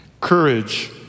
Courage